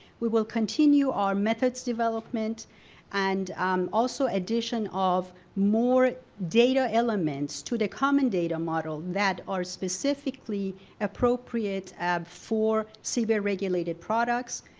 we will continue our methods development and also addition of more data elements to the common data model that are specifically appropriate um for cber-regulated products.